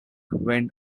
went